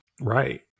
Right